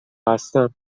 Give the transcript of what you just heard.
هستم